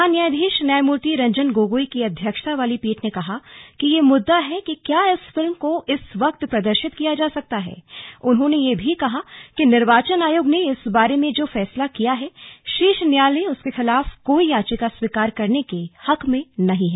प्रधान न्यायाधीश न्यायमूर्ति रंजन गोगोई की अध्यक्षता वाली पीठ ने कहा कि मुद्दा यह है कि क्या इस फिल्म को इस वक्त प्रदर्शित किया जा सकता है उन्होंने यह भी कहा कि निर्वाचन आयोग ने इस बार में जो फैसला किया है शीर्ष न्यायालय उसके खिलाफ कोई याचिका स्वीकार करने के हक में नहीं है